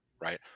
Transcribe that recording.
right